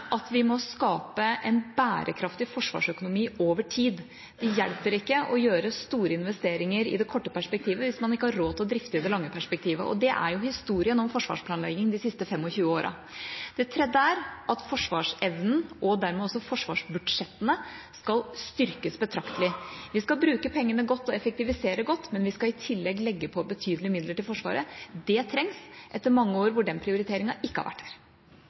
at vi må skape en bærekraftig forsvarsøkonomi over tid. Det hjelper ikke å gjøre store investeringer i det korte perspektivet hvis man ikke har råd til å drifte i det lange perspektivet, og det er jo historien om forsvarsplanlegging de siste 25 åra. Det tredje er at forsvarsevnen, og dermed også forsvarsbudsjettene, skal styrkes betraktelig. Vi skal bruke pengene godt og effektivisere godt, men vi skal i tillegg legge på betydelige midler til Forsvaret. Det trengs – etter mange år hvor den prioriteringen ikke har vært der.